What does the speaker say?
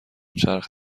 چرخ